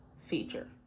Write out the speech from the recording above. feature